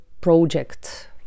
project